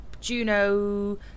juno